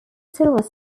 silver